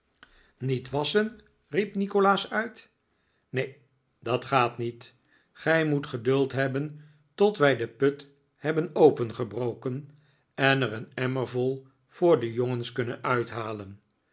niet wasschen riep nikolaas uit neen dat gaat niet gij moet geduld hebben tot wij den put hebben opengebroken en er een emmervol voor de jongens kunnen uithalen